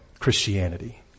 Christianity